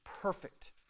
perfect